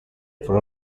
pro